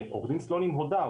ועורך דין סלונים הודה,